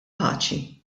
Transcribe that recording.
paċi